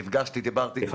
נפגשתי, דיברתי.